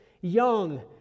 Young